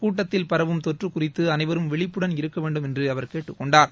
கூட்டத்தில் பரவும் தொற்று குறித்து அனைவரும் விழிப்புடன் இருக்கவேண்டும் என்று அவர் கேட்டுக்கொண்டார்